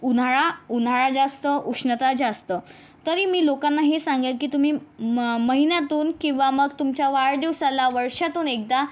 उन्हाळा उन्हाळा जास्त उष्णता जास्त तरी मी लोकांना हे सांगेन की तुम्ही म महिन्यातून किंवा मग तुमच्या वाढदिवसाला वर्षातून एकदा